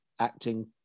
acting